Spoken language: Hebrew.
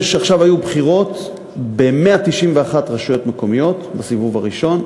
עכשיו היו בחירות ב-191 רשויות מקומיות בסיבוב הראשון,